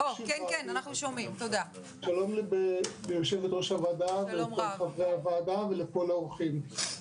שלום ליושבת-ראש הוועדה ולחברי הוועדה ולכל האורחים.